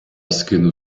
скинув